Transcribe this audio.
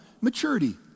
maturity